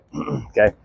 Okay